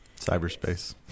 cyberspace